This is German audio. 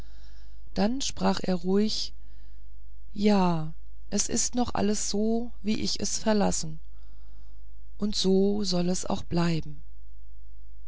dann sprach er ruhig ja es ist noch alles so wie ich es verlassen und so soll es auch bleiben